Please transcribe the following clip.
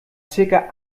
circa